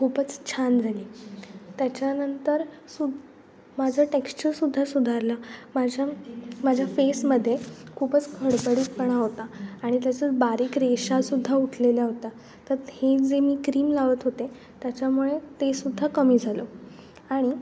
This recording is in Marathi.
खूपच छान झाली त्याच्यानंतर सु माझं टेक्स्चरसुद्धा सुधारलं माझ्या माझ्या फेसमध्ये खूपच खडबडीतपणा होता आणि त्याचं बारीक रेषा सुद्धा उठलेल्या होता तर हे जे मी क्रीम लावत होते त्याच्यामुळे ते सुद्धा कमी झालं आणि